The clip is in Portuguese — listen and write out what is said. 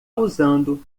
usando